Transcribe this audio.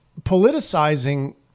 politicizing